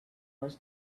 was